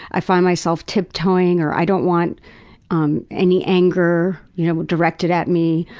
i find myself tip toeing, or i don't want um any anger you know directed at me.